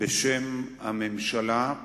בשם הממשלה,